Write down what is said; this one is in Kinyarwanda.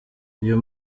uyu